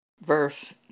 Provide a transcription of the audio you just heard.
Verse